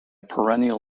perennial